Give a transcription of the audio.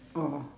oh